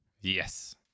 Yes